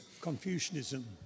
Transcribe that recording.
Confucianism